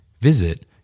Visit